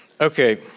Okay